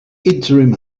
interim